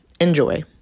Enjoy